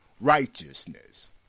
righteousness